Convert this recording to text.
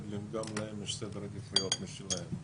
גם להם יש סדר עדיפויות משלהם.